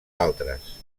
altres